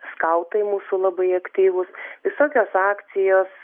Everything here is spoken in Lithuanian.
skautai mūsų labai aktyvūs visokios akcijos